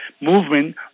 movement